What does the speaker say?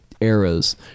eras